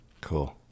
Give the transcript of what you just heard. Cool